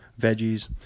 veggies